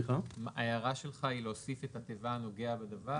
ההערה שלך היא להוסיף את התיבה הנוגע בדבר?